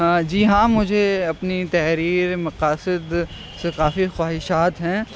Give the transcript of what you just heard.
جی ہاں مجھے اپنی تحریر مقاصد سے کافی خواہشات ہیں